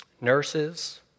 Nurses